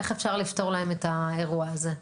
איך אפשר לפתור להם את האירוע הזה?